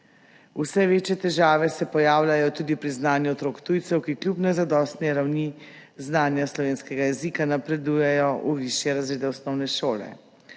Vse večje težave se pojavljajo tudi pri znanju otrok tujcev, ki kljub nezadostni ravni znanja slovenskega jezika napredujejo v višje razrede osnovne šole.